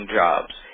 jobs